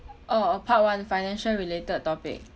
uh uh part one financial related topic